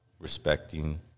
respecting